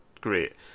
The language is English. great